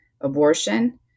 abortion